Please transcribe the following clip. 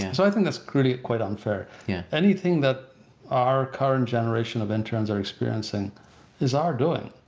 and so i think that's really quite unfair. yeah. anything that our current generation of interns are experiencing is our doing,